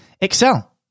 excel